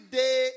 day